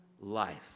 life